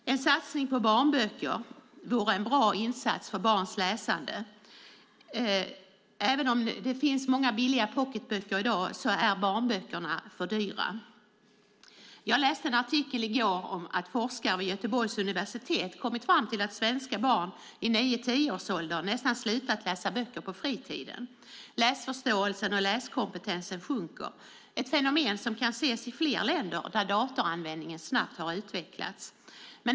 En satsning på barnböcker vore en bra insats för barns läsande. Även om det finns många billiga pocketböcker i dag är barnböckerna för dyra. Jag läste en artikel i går om att forskare vid Göteborgs universitet kommit fram till att svenska barn i nio till tioårsåldern nästan slutat att läsa böcker på fritiden. Läsförståelsen och läskompetensen sjunker. Det är ett fenomen som kan ses i flera länder där datoranvändningen snabbt har utvecklats.